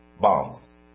bombs